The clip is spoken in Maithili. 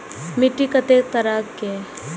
मिट्टी कतेक तरह के?